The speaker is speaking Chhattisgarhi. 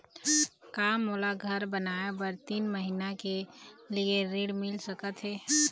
का मोला घर बनाए बर तीन महीना के लिए ऋण मिल सकत हे?